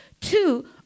two